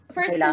First